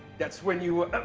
that's when you,